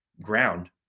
Ground